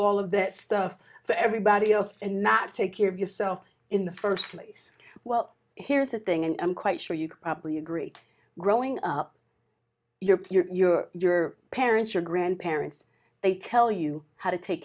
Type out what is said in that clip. all of that stuff for everybody else and not take care of yourself in the first place well here's the thing and i'm quite sure you could probably agree growing up you're pure your parents your grandparents they tell you how to take